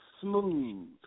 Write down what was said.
smooth